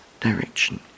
direction